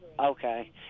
Okay